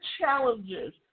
challenges